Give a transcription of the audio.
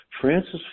Francis